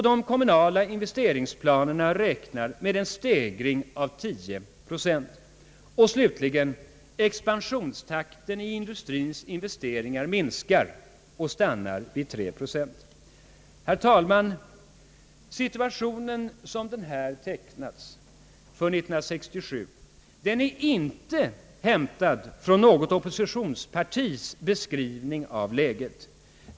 De kommunala investeringsplanerna räknar med en stegring av 10 procent. 10. Expansionstakten i industriens investeringar minskar och stannar vid 3 procent. Herr talman! Situationen, som den här tecknats, för 1967 är inte hämtad från något oppositionspartis beskrivning av läget.